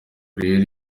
rero